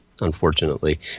unfortunately